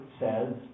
says